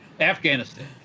Afghanistan